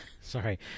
Sorry